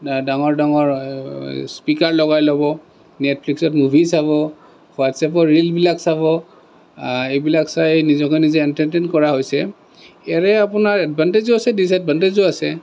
ডাঙৰ ডাঙৰ স্পিকাৰ লগাই ল'ব নেটফ্লিক্সত মুভি চাব হোৱাট্চএপত ৰিলবিলাক চাব এইবিলাক চাই নিজকে নিজে এণ্টাৰ্টেণ্ট কৰা হৈছে ইয়াৰে আপোনাৰ এডভানটেজো আছে ডিজএডভানটেজো আছে